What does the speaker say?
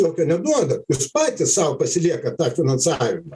jokio neduodat jūs patys sau pasiliekat tą finansavimą